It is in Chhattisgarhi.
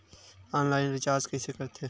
ऑनलाइन रिचार्ज कइसे करथे?